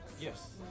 Yes